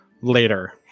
later